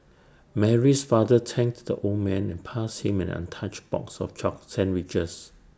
Mary's father thanked the old man and passed him an untouched box of chock sandwiches